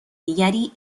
دیگری